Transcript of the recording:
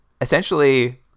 Essentially